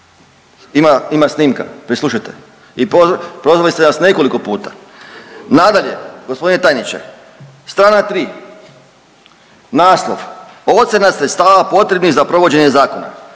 Ima snimka, preslušajte. I prozvali ste nas nekoliko puta. Nadalje, g. tajniče, strana 3, naslov, ocjena sredstava potrebnih za provođenje zakona.